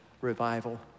revival